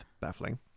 baffling